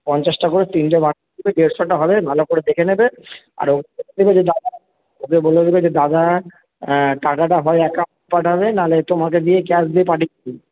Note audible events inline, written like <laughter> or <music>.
পঞ্চাশটা করে তিনটে <unintelligible> দেবে দেড়শোটা হবে ভালো করে দেখে নেবে <unintelligible> ওকে বলে দেবে যে দাদা টাকাটা হয় একা পাঠাবে নাহলে তোমাকে দিয়ে ক্যাশ দিয়ে পাঠিয়ে দিচ্ছি